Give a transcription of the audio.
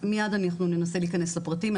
מייד אנחנו ננסה להיכנס לפרטים,